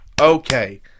Okay